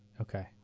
Okay